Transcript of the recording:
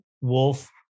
Wolf